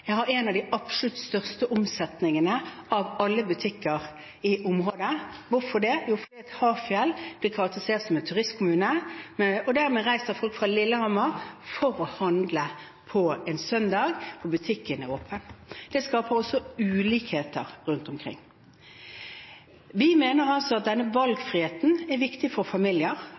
har en av de absolutt største omsetningene av alle butikker i området. Hvorfor det? Jo, fordi Hafjell blir karakterisert som et turiststed. Dermed reiser folk fra Lillehammer for å handle på søndag når butikken er åpen. Det skaper også ulikheter rundt omkring. Vi mener at denne